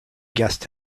guest